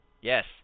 Yes